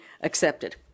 accepted